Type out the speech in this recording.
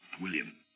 William